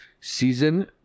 season